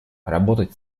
работать